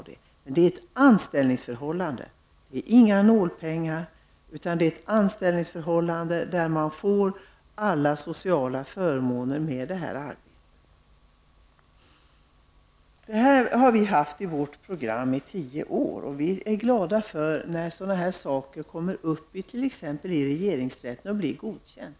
Det medför också att man får samma sociala förmåner som de som vårdar andras barn får. Den här ordningen har vi haft med i vårt program i tio år. Det gläder oss när en fråga av detta slag blir föremål för prövning i regeringsrätten och godkänns där.